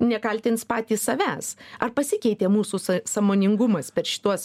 nekaltins patys savęs ar pasikeitė mūsų są sąmoningumas per šituos